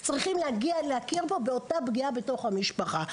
צריכים להגיע להכיר בו באותה פגיעה בתוך המשפחה.